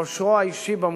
באושרו האישי,